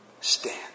Stand